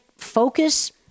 focus